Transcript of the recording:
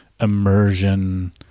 immersion